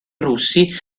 russi